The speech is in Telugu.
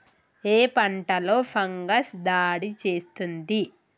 ఏ పంటలో ఫంగస్ దాడి చేస్తుంది?